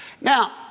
Now